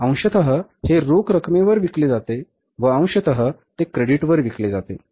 अंशतः हे रोख रकमेवर विकले जाते अंशतः ते क्रेडिटवर विकले जाते